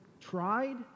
tried